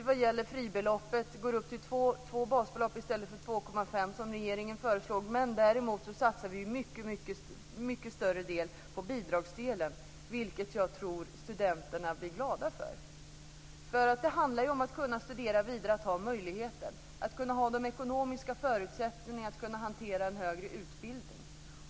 Vad gäller fribeloppet föreslår vi två basbelopp i stället för 2,5, som regeringen föreslog. Däremot satsar vi mycket mer på bidragsdelen, vilket jag tror att studenterna blir glada för. Det handlar om att ha möjligheten att studera vidare och ha de ekonomiska förutsättningarna att hantera en högre utbildning.